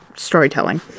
storytelling